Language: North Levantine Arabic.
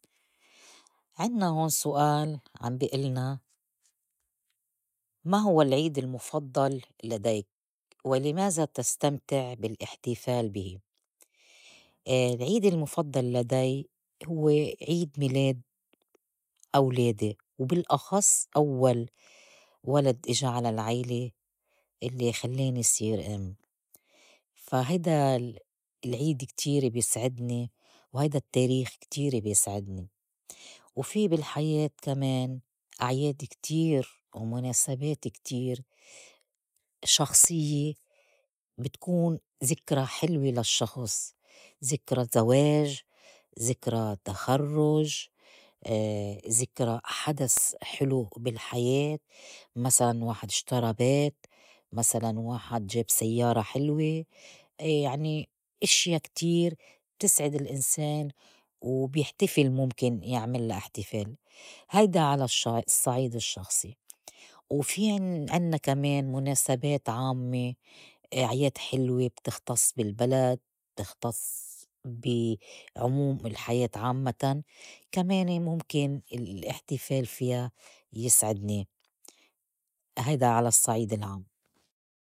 عِنّا هون سؤال عم بي إلنا, ما هو العيد المفضّل لديك؟ ولماذا تستمتع بالاحتفال بهي؟ إي العيد المفضل لدي هو عيد ميلاد أولادي وبالأخص أوّل ولد إجا على العيلة الّي خلاني صير إم. فا هيدا العيد كتير بيسعدني وهيدا التّاريخ كتير بيسعدني. وفي بالحياة كمان أعياد كتير ومُناسبات كتير شخصيّة بتكون زِكرى حلوة للشّخص. زكرى زواج، زكرى تخرُّج، زِكرى حدث حلو بالحياة، مسلاً واحد اشترى بيت، مسلاً واحد جاب سيّارة حلوة، يعني إشيا كتير بتسعد الإنسان وبيحتفل مُمكن يعملّا إحتفال. هيدا على الش- الصّعيد الشّخصي، وفي عن- عنّا كمان مناسبات عامّة أعياد حلوة بتختص بالبلد، تختص بي عموم الحياة عامّتاً كمان مُمكن الإحتفال فيا يسعدني هيدا على الصّعيد العام.